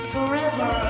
Forever